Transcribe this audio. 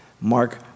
Mark